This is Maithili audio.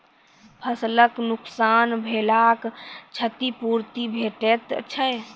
फसलक नुकसान भेलाक क्षतिपूर्ति भेटैत छै?